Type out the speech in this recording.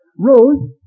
Rose